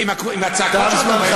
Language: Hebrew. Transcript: מה זה הצעקות האלה?